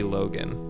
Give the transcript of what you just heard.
Logan